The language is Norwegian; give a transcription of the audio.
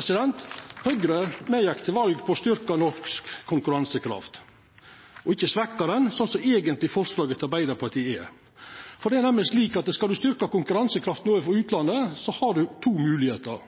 styrkjast. Høgre gjekk til val på å styrkja norsk konkurransekraft og ikkje svekkja den, slik som eigentleg forslaget til Arbeidarpartiet gjer. Det er nemleg slik at skal ein styrkja konkurransekrafta overfor utlandet, har ein to moglegheiter: